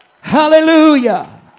Hallelujah